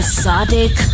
Exotic